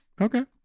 Okay